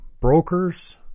brokers